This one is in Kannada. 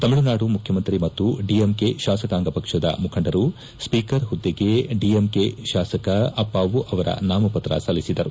ತಮಿಳುನಾಡು ಮುಖ್ಯಮಂತ್ರಿ ಮತ್ತು ಡಿಎಂಕೆ ಶಾಸಕಾಂಗ ಪಕ್ಷದ ಮುಖಂಡರು ಸ್ಪೀಕರ್ ಹುದ್ದೆಗೆ ಡಿಎಂಕೆ ಶಾಸಕ ಅಪ್ಪಾವು ಅವರ ನಾಮಪತ್ರ ಸಲ್ಲಿಸಿದರು